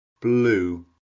Blue